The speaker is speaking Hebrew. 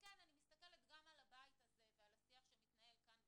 וכן אני מסתכלת גם על הבית הזה ועל השיח שמתנהל כאן בכנסת,